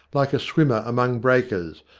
like a swimmer among breakers,